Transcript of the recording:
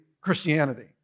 Christianity